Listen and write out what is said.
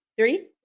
Three